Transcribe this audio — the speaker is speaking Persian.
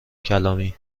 کلامی